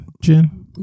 gin